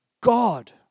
God